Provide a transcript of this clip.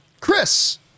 Chris